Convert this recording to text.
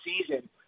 season